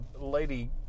Lady